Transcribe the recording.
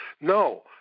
No